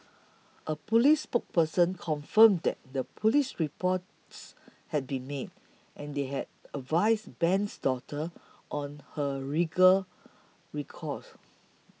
a police spokesman confirmed that the police reports had been made and they had advised Ben's daughter on her legal recourse